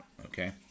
Okay